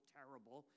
terrible